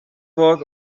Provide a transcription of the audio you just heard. was